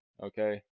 okay